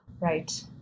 Right